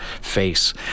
face